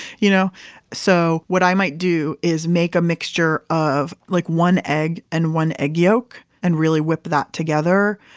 you know so what i might do is make a mixture of like one egg and one egg yolk, and really whip that together.